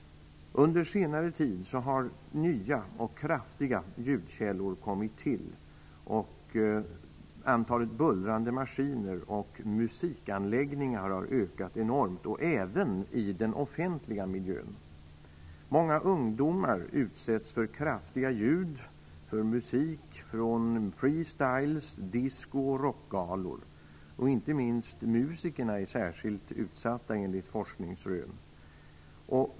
Under senare tid har nya och kraftiga ljudkällor kommit till. Antalet bullrande maskiner och musikanläggningar har ökat enormt, även i den offentliga miljön. Många ungdomar utsätts för kraftiga ljud och för musik från freestyle, disco och rockgalor. Inte minst musikerna är särskilt utsatta enligt forskningsrön.